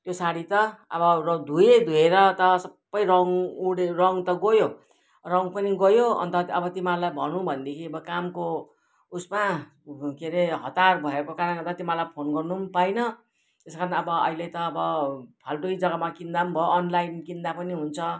त्यो साडी त अब धोएँ धोएर त सबै रङ उड्यो रङ त गयो रङ पनि गयो अन्त अब तिमीहरूलाई भनौँ भनेदेखि अब कामको उसमा के अरे हतार भएको कारणले गर्दा तिमीहरूलाई फोन गर्नु पनि पाइनँ त्यस कारण अब अहिले त अब फाल्टो जग्गामै किन्दा पनि भयो अनलाइन किन्दा पनि हुन्छ